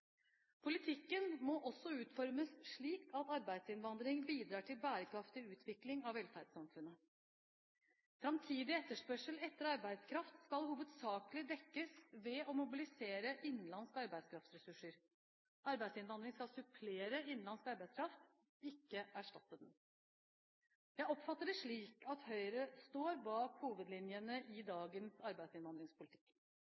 Politikken må også utformes slik at arbeidsinnvandring bidrar til bærekraftig utvikling av velferdssamfunnet. Framtidig etterspørsel etter arbeidskraft skal hovedsakelig dekkes ved å mobilisere innenlandske arbeidskraftressurser. Arbeidsinnvandring skal supplere innenlandsk arbeidskraft, ikke erstatte den. Jeg oppfatter det slik at Høyre står bak hovedlinjene i